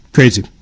Crazy